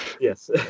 Yes